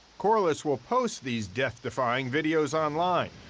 corliss will post these death-defying videos online.